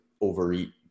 overeat